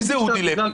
מי זה אודי לוי?